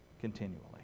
continually